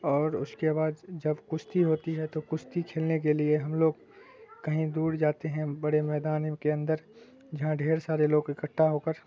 اور اس کے بعد جب کشتی ہوتی ہے تو کشتی کھیلنے کے لیے ہم لوگ کہیں دور جاتے ہیں بڑے میدان کے اندر جہاں ڈھیر سارے لوگ اکٹھا ہو کر